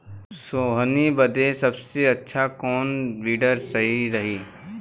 सोहनी बदे सबसे अच्छा कौन वीडर सही रही?